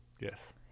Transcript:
Yes